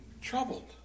troubled